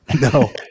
No